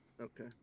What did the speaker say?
Okay